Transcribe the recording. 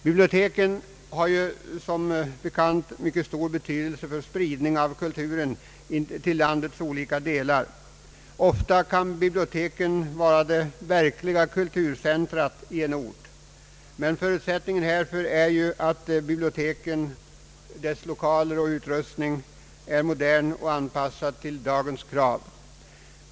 Biblioteken har som bekant mycket stor betydelse för spridningen av kulturen till landets olika delar. Ofta kan biblioteken vara det verkliga kulturcentret i en ort, men förutsättningen är att biblioteken, deras lokaler och utrustning, är moderna och anpassade till dagens krav.